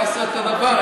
היה עושה אותו דבר.